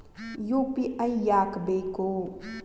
UPI ಯಾಕ್ ಬೇಕು?